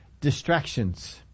distractions